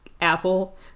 Apple